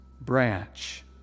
branch